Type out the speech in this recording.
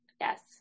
yes